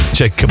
Check